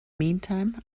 meantime